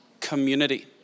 community